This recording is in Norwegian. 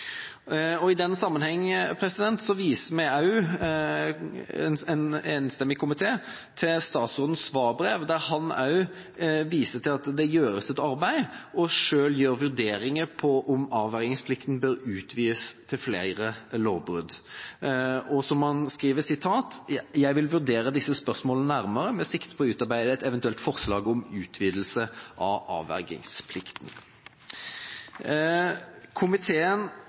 bestemmelsen. I den sammenheng viser en enstemmig komité til statsrådens svarbrev, der han viser til at det gjøres et arbeid, og at han vil vurdere om avvergingsplikten bør utvides til flere lovbrudd. Som han skriver: «Jeg vil vurdere disse spørsmålene nærmere med sikte på å utarbeide et eventuelt forslag om utvidelse av avvergingsplikten.» Komiteen